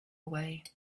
away